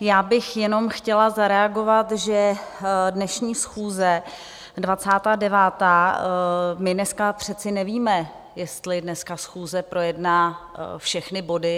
já bych jenom chtěla zareagovat, že dnešní schůze, 29. my dneska přece nevíme, jestli dneska schůze projedná všechny body.